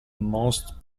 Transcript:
most